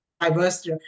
diversity